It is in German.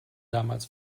damals